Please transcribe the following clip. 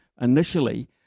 initially